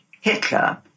Hitler